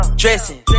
dressing